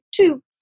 two